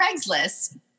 Craigslist